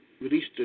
released